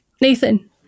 Nathan